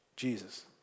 Jesus